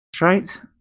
right